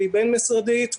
והיא בין-משרדית,